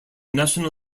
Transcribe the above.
national